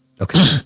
Okay